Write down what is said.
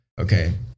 okay